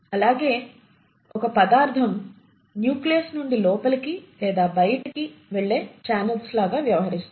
అలాగే ఒక పదార్ధం న్యూక్లియస్ నుండి లోపలికి లేదా బయటికి వెళ్లే చానెల్స్ లాగా వ్యవహరిస్తాయి